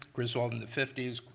griswold in the fifty s,